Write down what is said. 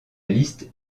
liste